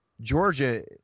Georgia